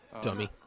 Dummy